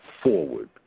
forward